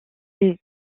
les